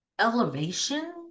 Elevation